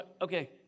Okay